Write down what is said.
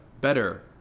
Better